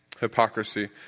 Hypocrisy